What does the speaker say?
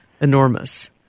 enormous